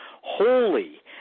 holy